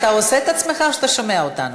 אתה עושה את עצמך או שאתה שומע אותנו?